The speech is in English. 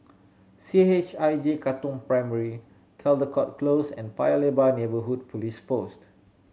C H I J Katong Primary Caldecott Close and Paya Lebar Neighbourhood Police Post